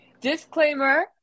Disclaimer